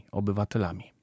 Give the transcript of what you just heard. obywatelami